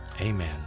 Amen